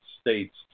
states